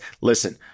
Listen